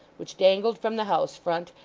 which dangled from the house-front,